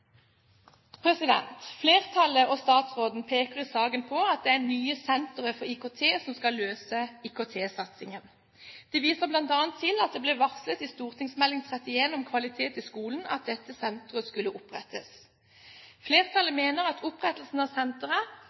Flertallet og statsråden peker i saken på at det er det nye senteret for IKT som skal løse IKT-satsingen. De viser bl.a. til at det ble varslet i St.meld. nr. 31 for 2007–2008 om kvalitet i skolen, at dette senteret skulle opprettes. Flertallet mener at opprettelsen av senteret